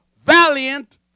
valiant